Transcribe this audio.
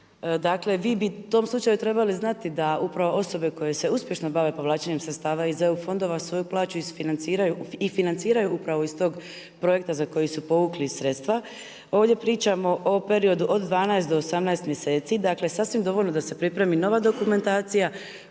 Dakle vi bi u tom slučaju trebali znati da upravo osobe koje se uspješno bave povlačenjem sredstava iz EU fondova svoju plaću isfinanciraju i financiraju upravo iz toga projekta za koji su povukli sredstva. Ovdje pričamo o periodu od 12 do 18 mjeseci. Dakle sasvim dovoljno da se pripremi nova dokumentacija,